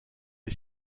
est